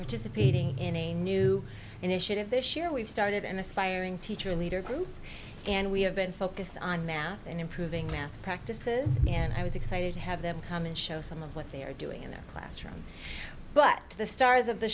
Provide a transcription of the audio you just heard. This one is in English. participating in a new initiative this year we've started an aspiring teacher leader group and we have been focused on math and improving math practices and i was excited to have them come and show some of what they are doing in their classrooms but the stars of the